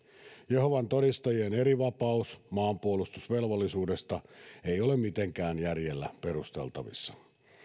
jehovan todistajien erivapaus maanpuolustusvelvollisuudesta ei ole mitenkään järjellä perusteltavissa